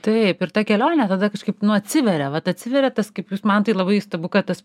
taip ir ta kelionė tada kažkaip nu atsiveria vat atsiveria tas kaip jūs man tai labai įstabu kad tas